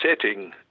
setting